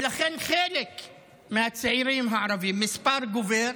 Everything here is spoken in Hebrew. ולכן חלק מהצעירים הערבים, מספר גדל,